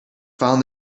found